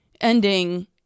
ending